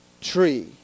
tree